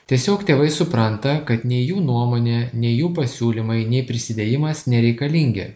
tiesiog tėvai supranta kad nei jų nuomonė nei jų pasiūlymai nei prisidėjimas nereikalingi